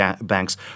banks